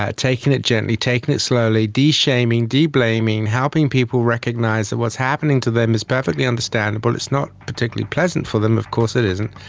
ah taking it gently, taking it slowly, de-shaming, de-blaming, helping people recognise that what's happening to them is perfectly understandable, it's not particularly pleasant for them, of course it isn't.